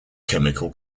chemical